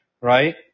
right